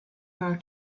her